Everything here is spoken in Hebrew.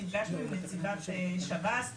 נפגשנו עם נציבת שב"ס,